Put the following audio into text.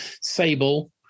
sable